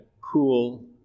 cool